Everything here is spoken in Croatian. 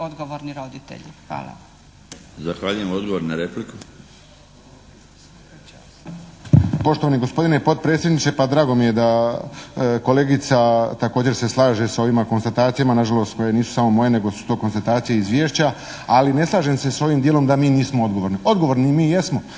Odgovor na repliku. **Kovačević, Pero (HSP)** Poštovani gospodine potpredsjedniče. Pa drago mi je da kolegica također se slaže sa ovima konstatacijama. Na žalost koje nisu samo moje nego su to konstatacije izvješća ali ne slažem se sa ovim dijelom da mi nismo odgovorni. Odgovorni mi jesmo.